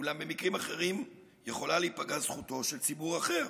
אולם במקרים אחרים יכולה להיפגע זכותו של ציבור אחר